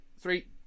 Three